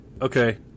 okay